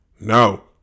No